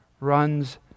runs